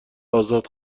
آزاد